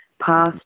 Past